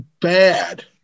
bad